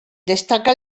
destaca